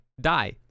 die